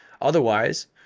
Otherwise